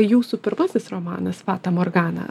jūsų pirmasis romanas fata morgana